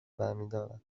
برمیدارد